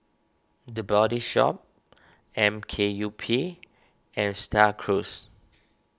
the Body Shop M K U P and Star Cruise